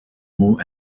more